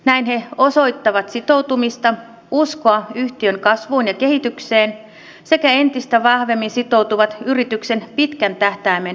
näin he osoittavat sitoutumista uskoa yhtiön kasvuun ja kehitykseen sekä entistä vahvemmin sitoutuvat yrityksen pitkän tähtäimen menestykseen